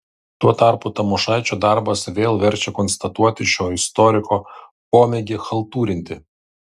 tuo tarpu tamošaičio darbas vėl verčia konstatuoti šio istoriko pomėgį chaltūrinti